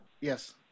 Yes